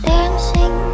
Dancing